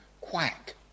quack